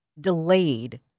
delayed